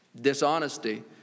dishonesty